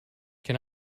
can